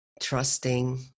trusting